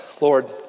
Lord